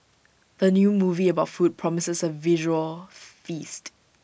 the new movie about food promises A visual feast